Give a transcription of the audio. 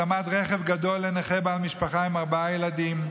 התאמת רכב גדול לנכה בעל משפחה עם ארבעה ילדים,